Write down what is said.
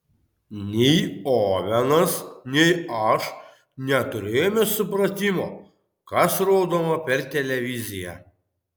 nei ovenas nei aš neturėjome supratimo kas rodoma per televiziją